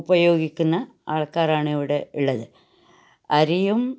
ഉപയോഗിക്കുന്ന ആൾക്കാരാണ് ഇവിടെ ഉള്ളത് അരിയും